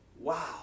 Wow